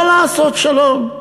לא לעשות שלום?